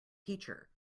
teacher